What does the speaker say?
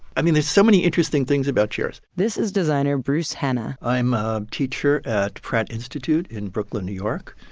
i mean, there's so many interesting things about chairs this is designer bruce hannah i'm a teacher at pratt institute in brooklyn, new york,